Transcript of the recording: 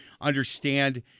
understand